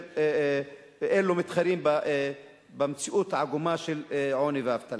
ואין לו מתחרים במציאות העגומה של עוני ואבטלה.